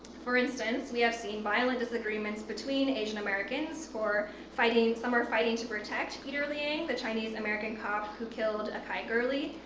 for instance, we have seen violent disagreements between asian americans for fighting, some are fighting to protect peter liang, the chinese american cop who killed akai gurley,